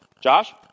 Josh